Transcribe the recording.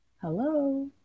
Hello